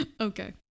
Okay